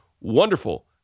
wonderful